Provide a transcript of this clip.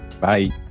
Bye